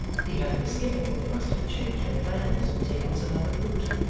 he had a misgiving they must have changed their plans and taken some other route.